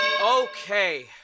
okay